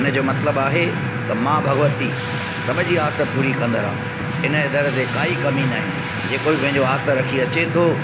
हिन जो मतिलबु आहे त माउ भगवती सभ जी आस पूरी कंदड़ु आहे हिनजे दर ते काई कमी न आहे जेको बि पंहिंजो आस रखी अचे थो